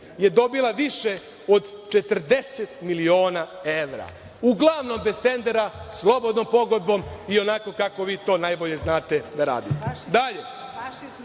je dobila više od 40 miliona evra, uglavnom bez tendera, slobodnom pogodbom i onako kako vi to najbolje znate da radite. Kažete,